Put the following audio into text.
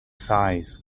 size